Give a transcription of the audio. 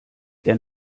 der